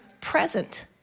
present